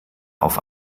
auf